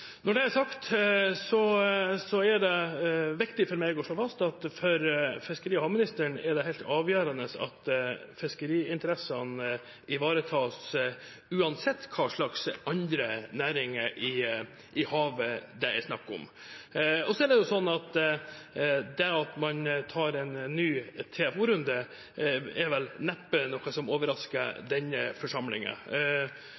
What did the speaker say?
Når det er sagt, er det viktig for meg å slå fast at for fiskeri- og havministeren er det helt avgjørende at fiskeriinteressene ivaretas, uansett hva slags andre næringer i havet det er snakk om. Det at man tar en ny TFO-runde, er vel neppe noe som overrasker